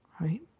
right